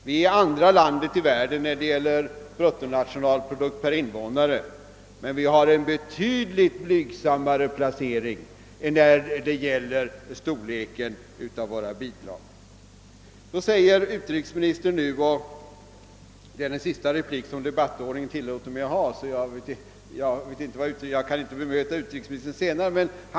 Vi är det andra landet i världen när det gäller bruttonationalprodukt per invånare, men vi har en betydligt blygsammare placering när det gäller storleken av våra bidrag. Detta är den sista replik som debattordningen tillåter mig, och jag kan därför inte bemöta utrikesministern om han skulle återkomma.